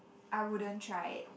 I wouldn't try it